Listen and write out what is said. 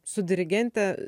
su dirigente